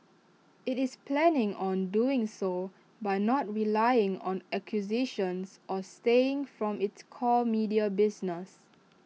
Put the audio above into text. IT is planning on doing so by not relying on acquisitions or straying from its core media business